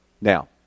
now